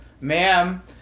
ma'am